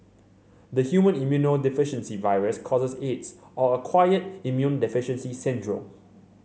the human immunodeficiency virus causes Aids or acquired immune deficiency syndrome